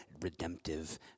redemptive